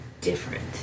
different